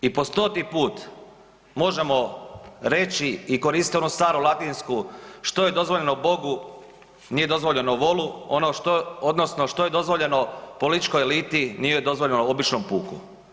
I po stoti put možemo reći i koristiti onu staru latinsku što je „dozvoljeno Bogu nije dozvoljeno volu“ odnosno što dozvoljeno političkoj eliti nije dozvoljeno običnom puku.